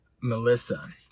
Melissa